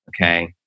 okay